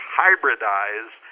hybridize